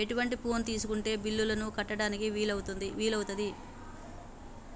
ఎటువంటి ఫోన్ తీసుకుంటే బిల్లులను కట్టడానికి వీలవుతది?